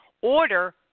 order